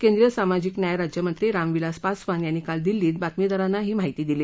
केंद्रीय सामाजिक न्याय राज्यमंत्री रामविलास पासवान यांनी काल दिल्लीत बातमीदारांना ही माहिती दिली